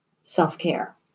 self-care